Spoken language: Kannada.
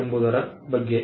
ಎಂಬುದರ ಬಗ್ಗೆ